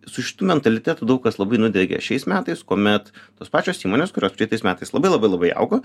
su šitu mentalitetu daug kas labai nudegė šiais metais kuomet tos pačios įmonės kurios praeitais metais labai labai labai augo